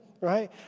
right